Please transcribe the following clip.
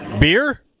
Beer